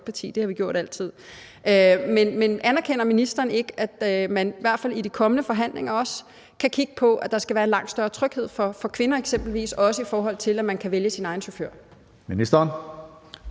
det har vi altid gjort. Men anerkender ministeren ikke, at man i hvert fald i de kommende forhandlinger også kan kigge på, at der skal være en langt større tryghed for kvinder, eksempelvis også i forhold til at man kan vælge sin egen chauffør?